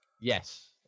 Yes